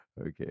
Okay